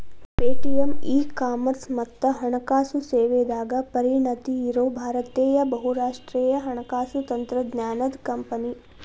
Paytm e commerce ಮತ್ತ ಹಣಕಾಸು ಸೇವೆದಾಗ ಪರಿಣತಿ ಇರೋ ಭಾರತೇಯ ಬಹುರಾಷ್ಟ್ರೇಯ ಹಣಕಾಸು ತಂತ್ರಜ್ಞಾನದ್ ಕಂಪನಿ